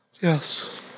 Yes